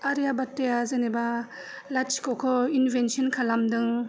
आरियाभात्ताया जेनेबा लाथिखखौ इनभेनसन खालामदों